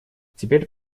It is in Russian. теперь